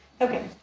Okay